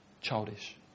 childish